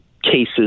cases